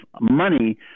money